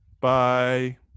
bye